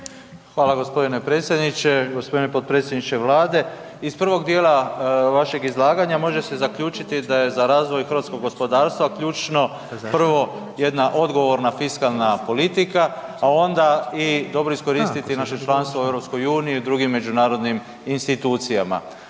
Hvala g. predsjedniče, g. potpredsjedniče Vlade, iz prvog dijela vašeg izlaganja može se zaključiti da je za razvoj hrvatskog gospodarstva ključno prvo jedna odgovorna fiskalna politika, a onda i dobro iskoristiti naše članstvo u EU i drugim međunarodnim institucijama.